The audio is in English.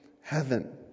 heaven